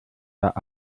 der